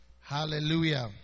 Hallelujah